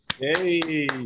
Hey